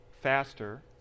faster